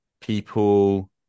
people